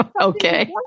okay